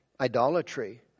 idolatry